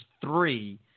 three